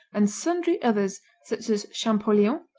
and sundry others such as champoleon,